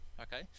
Okay